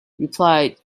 replied